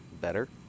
better